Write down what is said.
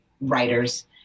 writers